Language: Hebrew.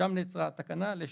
שם נעצרה התקנה, לשאלתך.